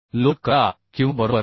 load करा किंवा बरोबर नाही